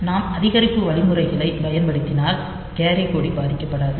நாம் அதிகரிப்பு வழிமுறைகளைப் பயன்படுத்தினால் கேரி கொடி பாதிக்கப்படாது